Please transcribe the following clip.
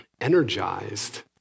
energized